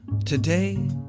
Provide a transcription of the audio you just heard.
Today